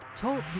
Talk